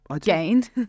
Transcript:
gained